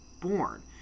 born